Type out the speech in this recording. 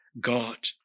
God